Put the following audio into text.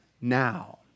now